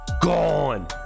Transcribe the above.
gone